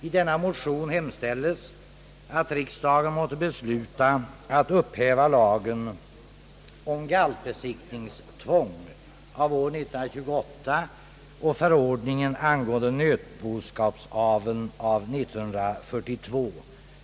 I denna motion hemställs att riksdagen måtte besluta att upphäva lagen om galtbesiktningstvång av år 1928 och förordningen angående nötboskapsaveln av 1942.